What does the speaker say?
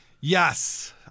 Yes